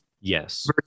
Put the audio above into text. Yes